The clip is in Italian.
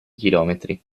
chilometri